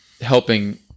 helping